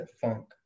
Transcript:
funk